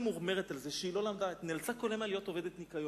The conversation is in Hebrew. היתה ממורמרת על זה שהיא לא למדה ונאלצה כל ימיה להיות עובדת ניקיון.